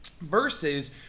versus